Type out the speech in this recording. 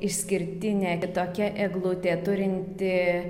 išskirtinė kitokia eglutė turinti